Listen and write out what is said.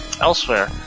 elsewhere